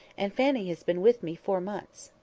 and fanny has been with me four months.